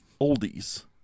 Oldies